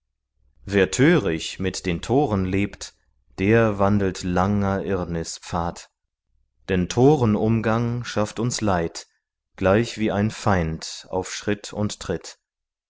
wer törig mit den toren lebt der wandelt langer irrnis pfad denn torenumgang schafft uns leid gleichwie ein feind auf schritt und tritt